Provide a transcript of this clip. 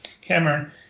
Cameron